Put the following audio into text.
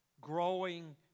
growing